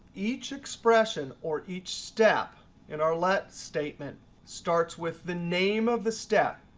each expression or each step in our let statement starts with the name of the step.